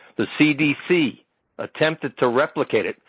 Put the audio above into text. the cdc attempted to replicate it,